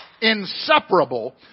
inseparable